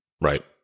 Right